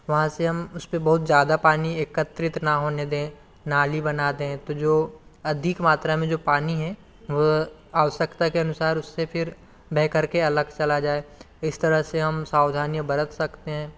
वहाँ से हम उस पर बहुत ज़्यादा पानी एकत्रित ना होने दें नाली बना दें तो जो अधिक मात्रा में जो पानी है वह आवश्यकता के अनुसार उस से फिर बह कर के अलग चला जाए इस तरह से हम सावधानियाँ बरत सकते हैं